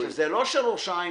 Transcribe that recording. לא שראש העין